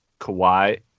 Kawhi